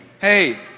Hey